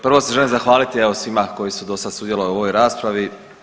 Prvo se želim zahvaliti, evo, svima koji su dosad sudjelovali u ovoj raspravi.